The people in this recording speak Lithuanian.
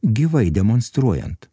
gyvai demonstruojant